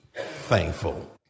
thankful